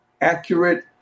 accurate